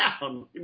down